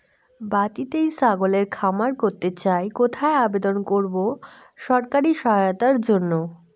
বাতিতেই ছাগলের খামার করতে চাই কোথায় আবেদন করব সরকারি সহায়তার জন্য?